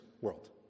world